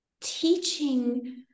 teaching